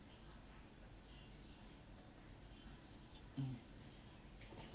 mm